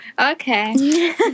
Okay